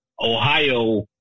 Ohio